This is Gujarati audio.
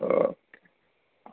ઓકે